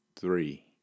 Three